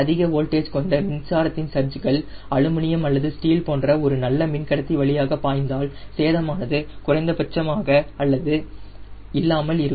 அதிக வோல்டேஜ் கொண்ட மின்சாரத்தின் சர்ஜ்கள் அலுமினியம் அல்லது ஸ்டீல் போன்ற ஒரு நல்ல மின்சார கடத்தி வழியாக பாய்ந்தால் சேதமானது குறைந்த குறைந்தபட்சமாக அல்லது இல்லாமல் இருக்கும்